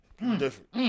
Different